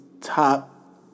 top